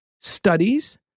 studies